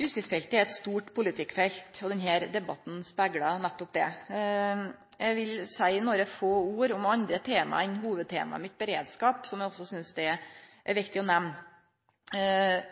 Justisfeltet er eit stort politikkfelt. Denne debatten speglar nettopp det. Eg vil seie nokre få ord om andre tema enn hovudtemaet mitt, beredskap, som eg også synest er viktige å nemne. Vi har styrkt jordskiftedomstolane i neste års budsjett, noko som eg meiner er